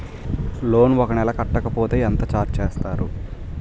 Loan ఒక నెల కట్టకపోతే ఎంత ఛార్జ్ చేస్తారు?